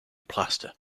plaster